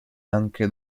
anche